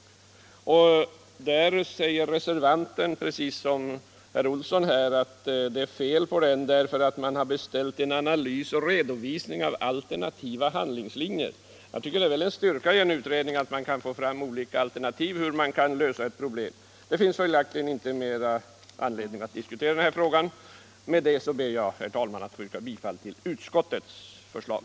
Reservanten i utskottet säger precis som herr Olsson i Stockholm gör här, nämligen att det är fel på utredningen därför att man har beställt en analys och redovisning av alternativa handlingslinjer. Jag tycker att det är en styrka i en utredning, om man där kan få fram olika alternativa lösningar av ett problem. Det finns följaktligen inte anledning att diskutera den här frågan mera. Med detta, herr talman, ber jag att få yrka bifall till utskottets förslag.